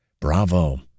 Bravo